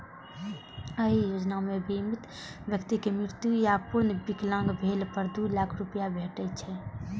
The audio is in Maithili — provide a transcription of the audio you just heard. एहि योजना मे बीमित व्यक्ति के मृत्यु या पूर्ण विकलांग भेला पर दू लाख रुपैया भेटै छै